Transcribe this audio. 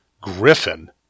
griffin